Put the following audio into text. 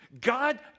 God